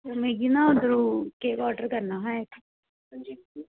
मिगी ना उधरू केक आर्डर करना हा इक